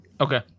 Okay